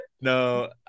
No